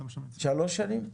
שלוש שנים?